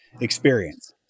experience